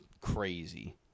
crazy